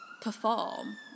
perform